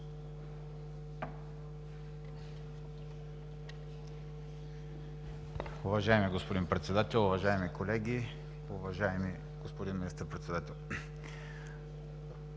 Уважаеми господин Председател, уважаеми колеги, уважаеми господин Министър-председател!